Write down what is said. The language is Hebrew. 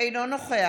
אינו נוכח